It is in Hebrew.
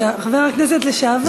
חבר הכנסת לשעבר שלמה מולה.